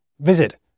Visit